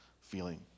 feeling